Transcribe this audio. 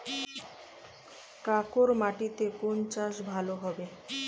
কাঁকর মাটিতে কোন চাষ ভালো হবে?